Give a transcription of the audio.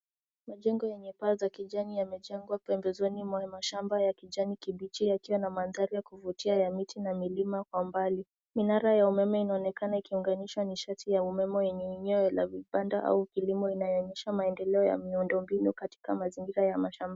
Majengo yenye paa za kijani yamejengwa pembezoni mwa mashamba ya kijani kibichi yakiwa na mandhari ya kuvutia ya miti na milima kwa umbali. Minara ya umeme inaonekana ikiunganisha nishati ya umeme, wenye eneo la vibanda, au kilimo inayoonyesha maendeleo ya miundo mbinu katika mazingira ya mashamba.